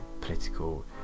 political